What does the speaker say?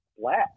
flat